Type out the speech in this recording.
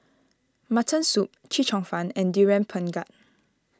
Mutton Soup Chee Cheong Fun and Durian Pengat